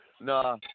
No